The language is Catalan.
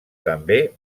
també